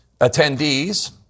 attendees